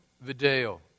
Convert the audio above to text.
video